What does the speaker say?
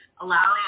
allowing